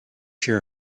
fear